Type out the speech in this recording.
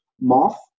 moth